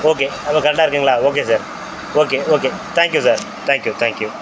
okay அதுவும் கரெக்டாக இருக்குதுங்களா okay sir okay okay thank you sir thank you thank you